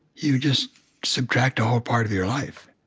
you just subtract a whole part of your life.